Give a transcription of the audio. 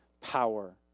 power